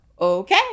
okay